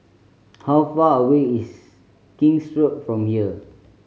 how far away is King's Road from here